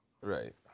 Right